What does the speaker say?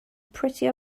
pretty